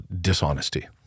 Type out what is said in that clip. dishonesty